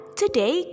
today